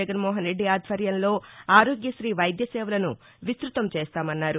జగన్ మోహన్ రెడ్డి ఆధ్వర్యంలో ఆరోగ్యశీ వైద్య సేవలను విస్తృతం చేస్తామన్నారు